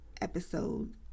episode